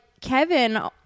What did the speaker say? Kevin